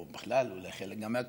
או בכלל אולי חלק מהקואליציה,